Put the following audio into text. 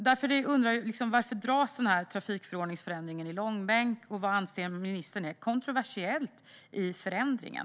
Jag undrar: Varför dras den här trafikförordningsförändringen i långbänk? Vad anser ministern är kontroversiellt i förändringen?